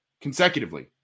consecutively